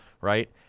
Right